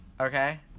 Okay